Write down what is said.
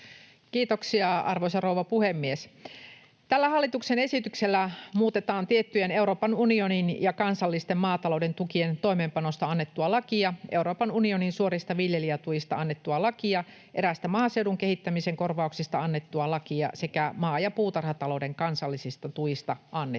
Kiitoksia, arvoisa rouva puhemies! Tällä hallituksen esityksellä muutetaan tiettyjen Euroopan unionin ja kansallisten maatalouden tukien toimeenpanosta annettua lakia, Euroopan unionin suorista viljelijätuista annettua lakia, eräistä maaseudun kehittämisen korvauksista annettua lakia sekä maa‑ ja puutarhatalouden kansallisista tuista annettua lakia.